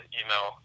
email